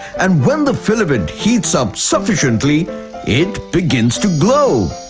and when the filament heats up sufficiently it begins to glow.